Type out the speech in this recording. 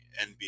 NBA